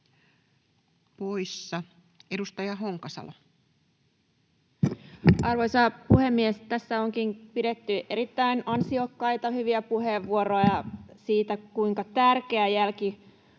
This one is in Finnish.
poissa. — Edustaja Honkasalo. Arvoisa puhemies! Tässä onkin pidetty erittäin ansiokkaita, hyviä puheenvuoroja siitä, kuinka tärkeää